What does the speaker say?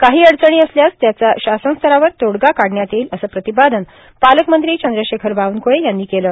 काही अडचणी असल्यास त्याचा शासन स्तरावर तोडगा काढण्यात येईल असे प्रतिपादन पालकमंत्री चंद्रशेखर बावनकळे यांनी केले